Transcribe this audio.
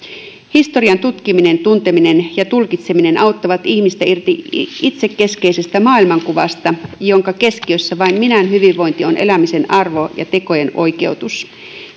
historian tutkiminen tunteminen ja tulkitseminen auttavat ihmistä irti itsekeskeisestä maailmankuvasta jonka keskiössä vain minän hyvinvointi on elämisen arvo ja tekojen oikeutus